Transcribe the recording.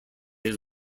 his